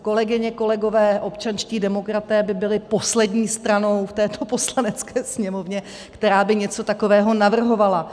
Kolegyně, kolegové, občanští demokraté by byli poslední stranou v této Poslanecké sněmovně, která by něco takového navrhovala.